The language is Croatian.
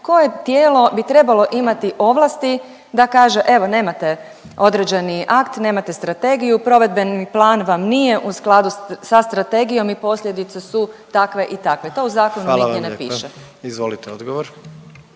koje tijelo bi trebalo imati ovlasti da kaže evo nemate određeni akt, nemate strategiju, provedbeni plan vam nije u skladu sa strategijom i posljedice su takve i takve, to u zakonu nigdje ne piše. **Jandroković, Gordan